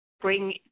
bring